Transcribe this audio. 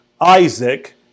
Isaac